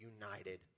united